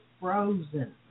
Frozen